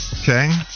Okay